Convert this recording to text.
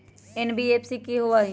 NBFC कि होअ हई?